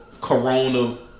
Corona